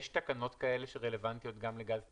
יש תקנות כאלה שרלוונטיות גם לגז טבעי?